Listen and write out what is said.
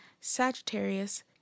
Sagittarius